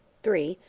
three.